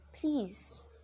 please